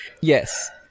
yes